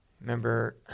Remember